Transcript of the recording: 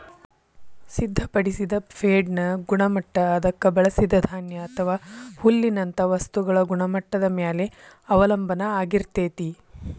ಸಿದ್ಧಪಡಿಸಿದ ಫೇಡ್ನ ಗುಣಮಟ್ಟ ಅದಕ್ಕ ಬಳಸಿದ ಧಾನ್ಯ ಅಥವಾ ಹುಲ್ಲಿನಂತ ವಸ್ತುಗಳ ಗುಣಮಟ್ಟದ ಮ್ಯಾಲೆ ಅವಲಂಬನ ಆಗಿರ್ತೇತಿ